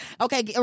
okay